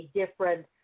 different